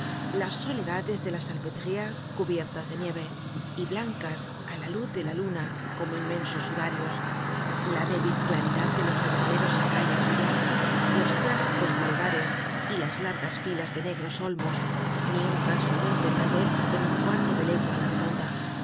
la noche helada las soledades de la salpétriere cubiertas de nieve y blancas á la luz de la luna como inmensos sudarios la débil claridad de los reverberos acá y acullá los trágicos boulevares y las largas filas de negros olmos ni un transeunte tal vez en un cuarto de legua á la redonda